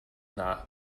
not